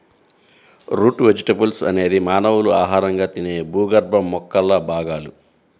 route vegetables అనేది మానవులు ఆహారంగా తినే భూగర్భ మొక్కల భాగాలు